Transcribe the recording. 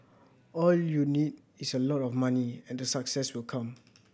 all you need is a lot of money and the success will come